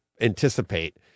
anticipate